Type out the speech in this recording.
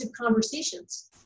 conversations